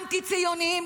אנטי-ציוניים,